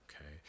okay